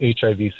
HIV